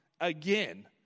again